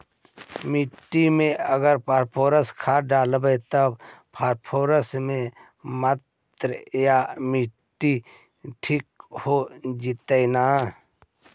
मिट्टी में अगर पारस खाद डालबै त फास्फोरस के माऋआ ठिक हो जितै न?